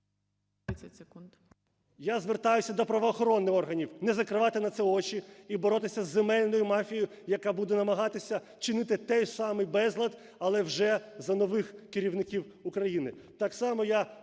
…я звертаюся до правоохоронних органів. Не закривати на це очі і боротися з земельною мафією, яка буде намагатися чинити той самий безлад, але вже за нових керівників України.